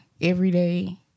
everyday